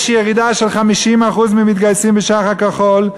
יש ירידה של 50% במתגייסים לשח"ר כחול,